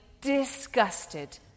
disgusted